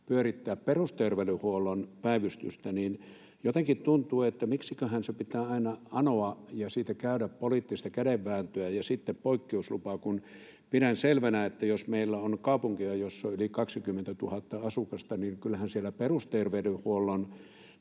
pyörittää perusterveydenhuollon päivystystä, niin jotenkin tuntuu, että miksiköhän se pitää aina anoa ja siitä käydä poliittista kädenvääntöä ja sitten poikkeuslupaa — kun pidän selvänä, että jos meillä on kaupunkeja, joissa on yli 20 000 asukasta, niin kyllähän siellä perusterveydenhuollon